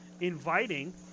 inviting